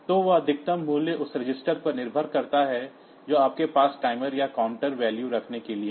तो वह अधिकतम मूल्य उस रजिस्टर पर निर्भर करता है जो आपके पास टाइमर या काउंटर वैल्यू रखने के लिए है